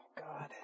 God